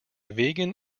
vegan